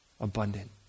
abundant